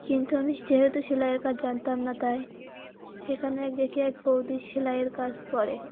কিন্তু আমি যেহেতু সেলাইয়ের কাজ জানতাম না তাই সেখানে এক দেখি এক বৌদি সেলাইয়ের কাজ করে